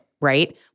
Right